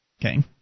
Okay